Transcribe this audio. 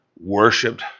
worshipped